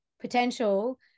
potential